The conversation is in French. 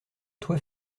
toit